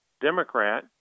Democrat